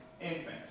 infants